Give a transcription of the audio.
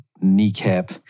kneecap